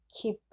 Keep